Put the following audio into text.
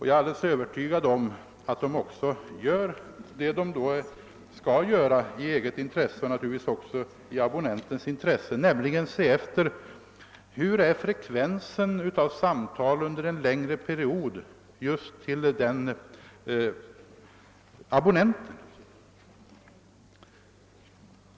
Jag är övertygad om att man då gör vad man skall göra, nämligen ser efter hur samtalsfrekvensen just från den abonnenten är under en längre period.